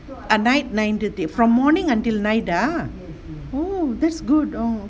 at night nine thirty from morning until night ah oh that's good oh